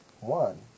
One